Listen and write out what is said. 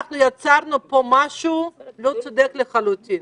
אנחנו יצרנו פה משהו לא צודק לחלוטין.